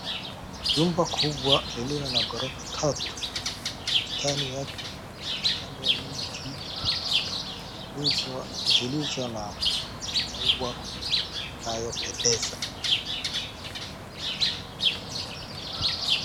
Jumba kubwa lililo na gorofa tatu. Bustani yake imepandwa miti zilizo, zilizo na maua inayopendeza.